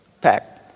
Pack